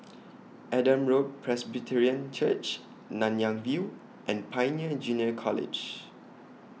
Adam Road Presbyterian Church Nanyang View and Pioneer Junior College